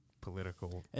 political